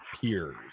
peers